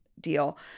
deal